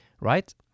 Right